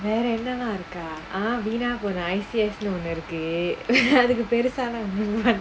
வேற என்னா இருக்க:vera enna irukka eh வீனா போன:veenaa pona I_C_S ஒன்னு இருக்கு:onnu irukku